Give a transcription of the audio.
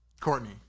Courtney